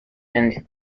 and